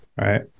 Right